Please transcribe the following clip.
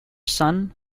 son